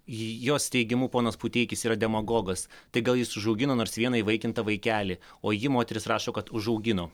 jos teigimu ponas puteikis yra demagogas tai gal jis užaugino nors vieną įvaikintą vaikelį o ji moteris rašo kad užaugino